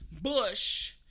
Bush